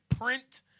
print